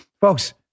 Folks